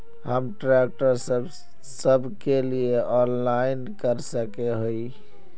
हम ट्रैक्टर सब के लिए ऑनलाइन कर सके हिये?